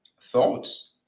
thoughts